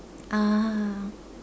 ah